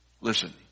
Listen